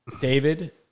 David